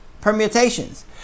permutations